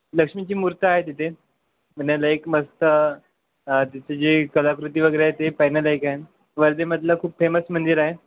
लक्ष्मीची मूर्ती आहे तिथे पाहण्यालायक मस्त तिथे जी कलाकृती वगैरे आहे ते पाहण्यालायक आहे वर्ध्यामधील खूप फेमस मंदिर आहे